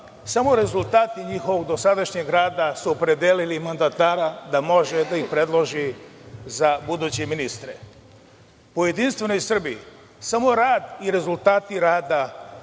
samo rezultati njihovog dosadašnjeg rada su opredelili mandatara da može da ih predloži za buduće ministre. U JS samo rad i rezultati rada